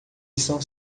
estão